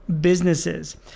businesses